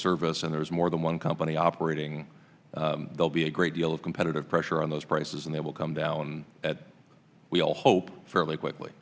service and there's more than one company operating they'll be a great deal of competitive pressure on those prices and they will come down at we all hope fairly quickly